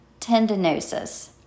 tendinosis